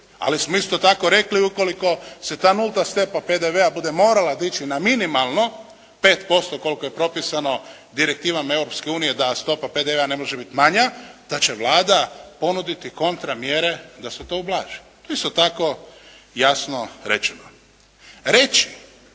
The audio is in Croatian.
Ali smo isto tako rekli ukoliko se ta nulta stopa PDV-a bude morala dići na minimalno 5% koliko je propisano direktivama Europske unije da stopa PDV-a ne može biti manja da će Vlada ponuditi kontra mjere da se to ublaži. To je isto tako jasno rečeno.